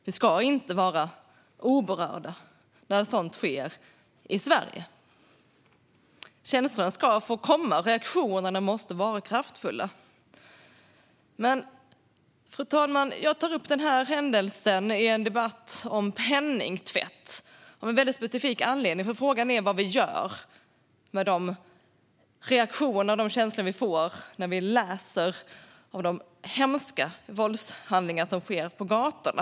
Vi ska inte vara oberörda när något sådant sker i Sverige. Känslorna ska få komma. Reaktionerna måste vara kraftfulla. Fru talman! Jag tar upp denna händelse i en debatt om penningtvätt av en specifik anledning. Frågan är vad vi gör med de reaktioner, de känslor, vi får när vi läser om de hemska våldshandlingar som sker på gatorna.